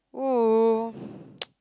!woo!